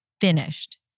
finished